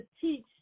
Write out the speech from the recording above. teach